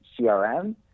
CRM